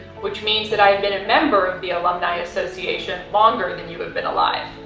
which means that i've been a member of the alumni association longer than you have been alive.